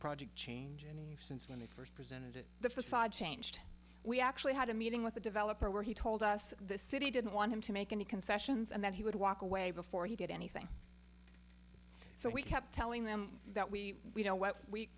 project change and since when they first presented it the facade changed we actually had a meeting with the developer where he told us the city didn't want him to make any concessions and that he would walk away before he did anything so we kept telling them that we know what we